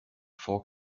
for